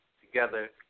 together